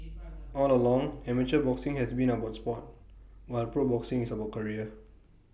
all along amateur boxing has been about Sport while pro boxing is about career